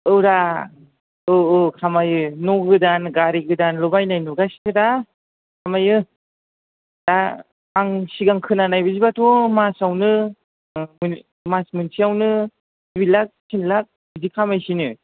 औब्रा औ औ खामायो न' गोदान गारि गोदानल' बायनाय नुगासिनो दा खामायो दा आं सिगां खोनानायबायदिब्लाथ मासावनो मास मोनसेयावनो दुइ लाख तिन लाख बिदि खामायसैनो